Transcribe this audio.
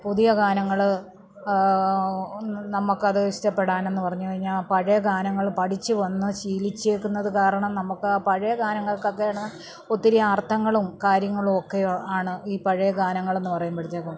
പുതിയ ഗാനങ്ങള് നമുക്കത് ഇഷ്ടപെടാനെന്ന് പറഞ്ഞ് കഴിഞ്ഞാൽ പഴയ ഗാനങ്ങള് പഠിച്ച് വന്ന് ശീലിച്ചേക്കുന്നത് കാരണം നമുക്ക് പഴയ ഗാനങ്ങൾക്ക് ഒക്കെയാണ് ഒത്തിരി അർത്ഥങ്ങളും കാര്യങ്ങളു ഒക്കെ ആണ് ഈ പഴയ ഗാനങ്ങളെന്ന് പറയുമ്പഴത്തേക്കും